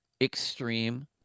extreme